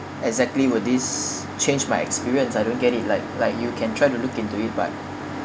exactly would this change my experience I don't get it like like you can try to look into it but